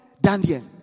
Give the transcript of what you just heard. Daniel